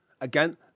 Again